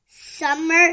Summer